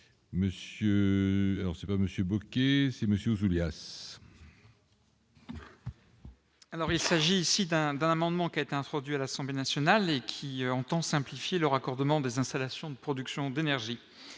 il s'agit ici d'un, d'un amendement qui a été introduit à l'Assemblée nationale et qui entend simplifier le raccordement des installations de production d'énergie